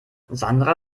sandra